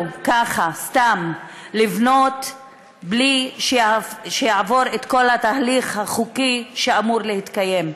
ככה סתם לבנות בלי שיעבור את כל התהליך החוקי שאמור להתקיים.